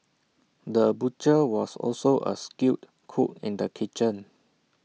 the butcher was also A skilled cook in the kitchen